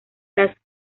las